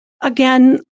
again